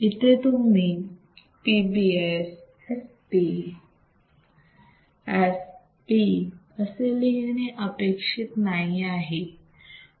इथे तुम्ही PBS SP S P असे लिहिणे अपेक्षित नाही आहे